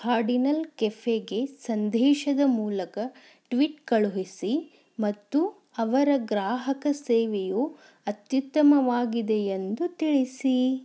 cardinal ಕೆಫೆಗೆ ಸಂದೇಶದ ಮೂಲಕ ಟ್ವಿಟ್ ಕಳುಹಿಸಿ ಮತ್ತು ಅವರ ಗ್ರಾಹಕ ಸೇವೆಯು ಅತ್ಯುತ್ತಮವಾಗಿದೆ ಎಂದು ತಿಳಿಸಿ